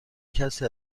کسی